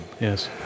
Yes